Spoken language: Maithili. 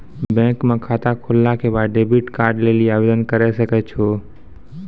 बैंक म खाता खोलला के बाद डेबिट कार्ड लेली आवेदन करै सकै छौ